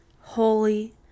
Holy